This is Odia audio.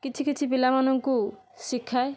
କିଛି କିଛି ପିଲାମାନଙ୍କୁ ଶିଖାଏ